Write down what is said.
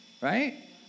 Right